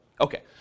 Okay